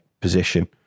position